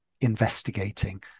investigating